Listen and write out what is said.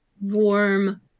warm